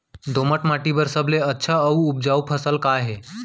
दोमट माटी बर सबले अच्छा अऊ उपजाऊ फसल का हे?